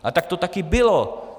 A tak to taky bylo.